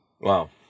Wow